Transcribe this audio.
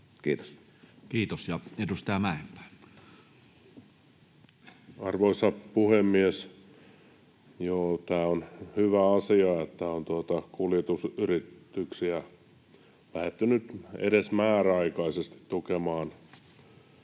Time: 17:58 Content: Arvoisa puhemies! Joo, tämä on hyvä asia, että on kuljetusyrityksiä lähdetty nyt edes määräaikaisesti tukemaan